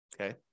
Okay